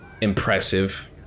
Impressive